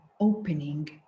opening